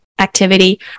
activity